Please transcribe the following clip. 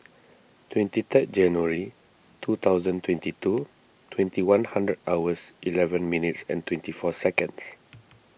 twenty third January two thousand twenty two twenty one hundred hours eleven minutes and twenty four seconds